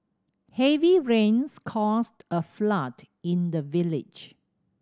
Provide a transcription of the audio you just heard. heavy rains caused a flood in the village